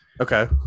Okay